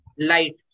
Light